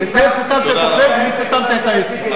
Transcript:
לזאב סתמת את הפה ולי סתמת את האצבע.